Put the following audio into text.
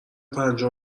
پنجم